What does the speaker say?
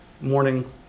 morning